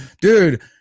Dude